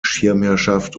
schirmherrschaft